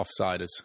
offsiders